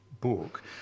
book